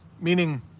meaning